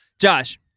Josh